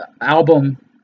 album